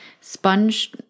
sponge